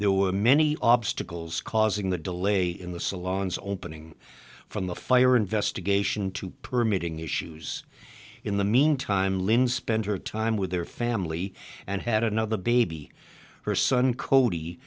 there were many obstacles causing the delay in the salons opening from the fire investigation to permitting issues in the meantime lynn spent her time with their family and had another baby her son cody